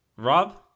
Rob